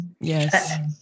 Yes